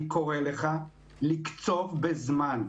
אני קורא לך לקצוב בזמן,